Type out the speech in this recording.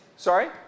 Sorry